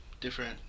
different